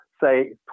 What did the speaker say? say